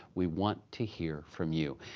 we want to hear from you.